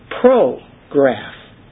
pro-graph